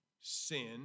sin